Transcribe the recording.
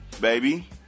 baby